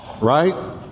right